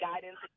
guidance